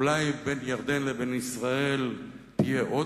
אולי "בין ירדן לבין ישראל תהיה עוד